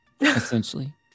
Essentially